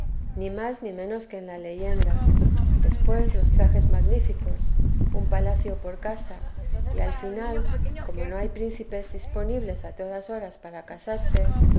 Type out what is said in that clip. ni más ni menos que en la leyenda después los trajes magníficos un palacio por casa y al final como no hay príncipes disponibles a todas horas para casarse